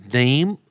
name